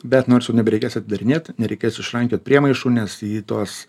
bet nors jau nebereikės atidarinėt nereikės išrankiot priemaišų nes į tuos